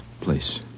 place